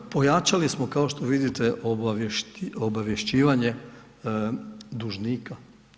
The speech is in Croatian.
Pojačali smo kao što vidite obavješćivanje dužnika.